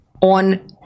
on